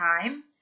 time